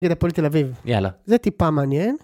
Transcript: יאללה פוליטי לביב. יאללה. זה טיפה מעניין.